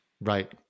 Right